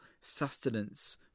sustenance